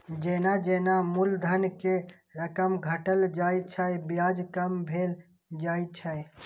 जेना जेना मूलधन के रकम घटल जाइ छै, ब्याज कम भेल जाइ छै